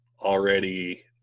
already